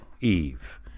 Eve